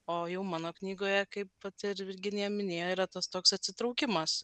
o jau mano knygoje kaip pati ir virginija minėjo yra tas toks atsitraukimas